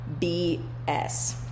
BS